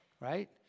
right